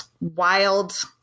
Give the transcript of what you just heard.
wild